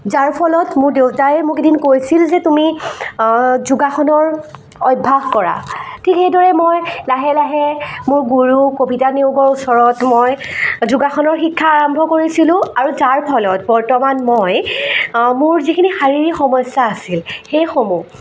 যাৰফলত মোৰ দেউতাই মোক এদিন কৈছিল যে তুমি যোগাসনৰ অভ্যাস কৰা ঠিক সেইদৰে মই লাহে লাহে মোৰ গুৰু কবিতা নেওগৰ ওচৰত মই যোগাসনৰ শিক্ষা আৰম্ভ কৰিছিলোঁ আৰু যাৰ ফলত বৰ্তমান মই মোৰ যিখিনি শাৰীৰিক সমস্যা আছিল সেইসমূহ